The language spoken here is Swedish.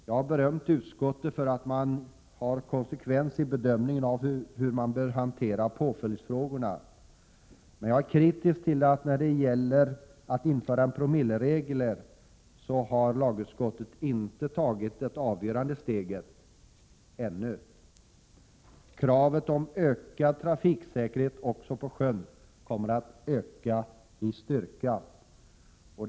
Jag har berömt utskottet för att man har konsekvens i bedömningen av hur påföljdsfrågorna bör hanteras. Men jag är kritisk till att lagutskottet i fråga om att införa en promilleregel inte har tagit det avgörande steget — ännu. Kravet på ökad trafiksäkerhet också på sjön kommer att öka i styrka.